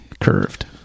curved